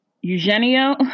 Eugenio